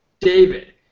David